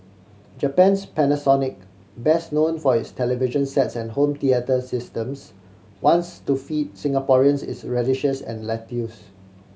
Japan's Panasonic best known for its television sets and home theatre systems wants to feed Singaporeans its radishes and lettuce